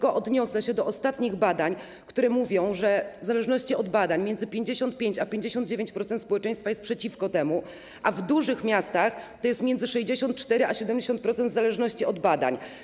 I odniosę się tylko do ostatnich badań, które mówią, że - w zależności od badań - między 55% a 59% społeczeństwa jest przeciwko temu, a w dużych miastach jest to między 64% a 70%, w zależności od badań.